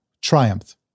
triumph